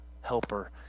helper